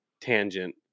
tangent